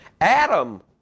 Adam